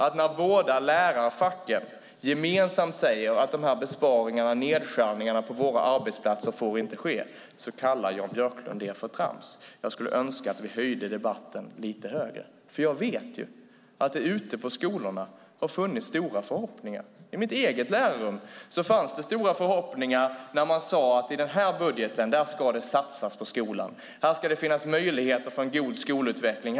När de båda lärarfacken gemensamt säger att dessa besparingar och nedskärningar på deras arbetsplatser inte får ske kallar Jan Björklund det trams. Jag skulle önska att vi höjde debatten lite högre. Jag vet att det ute på skolorna har funnits stora förhoppningar. I mitt eget lärarrum fanns det stora förhoppningar när ni sade: I den här budgeten ska det satsas på skolan! Här ska det finnas möjligheter till en god skolutveckling.